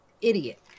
idiot